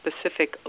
specific